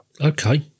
Okay